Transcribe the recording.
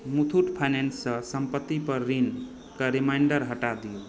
Muthoot finance सँ संपत्ति पर ऋण के रिमाइंडर हटा दियौ